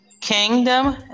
Kingdom